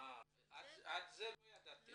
עד לזה לא ידעתם?